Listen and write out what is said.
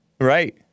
right